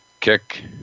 kick